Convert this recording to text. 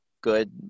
good